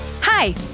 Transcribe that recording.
Hi